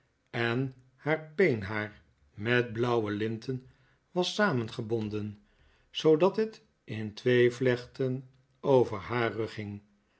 en haar peenhaar met blauwe linten was samengebonden zoodat het in twee vlechten over haar rug hing